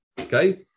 okay